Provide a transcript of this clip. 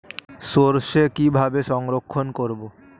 সরষে কিভাবে সংরক্ষণ করব?